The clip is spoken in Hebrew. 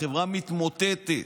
החברה מתמוטטת.